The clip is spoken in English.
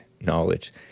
knowledge